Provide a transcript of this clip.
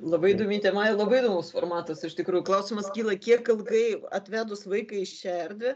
labai įdomi tema ir labai įdomus formatas iš tikrųjų klausimas kyla kiek ilgai atvedus vaiką į šią erdvę